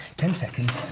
ten seconds,